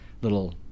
little